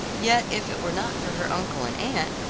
yet if it were not for her uncle and aunt,